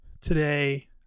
today